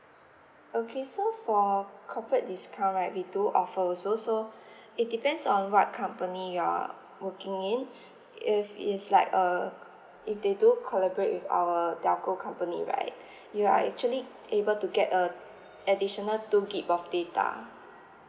okay so for corporate discount right we do offer also so it depends on what company you're err working in if it's like err if they do collaborate with our telco company right you are actually able to get uh additional two G_B of data